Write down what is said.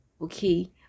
Okay